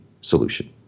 solution